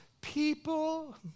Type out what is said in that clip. people